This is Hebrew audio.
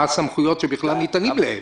מה הסמכויות שבכלל ניתנות להם.